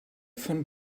von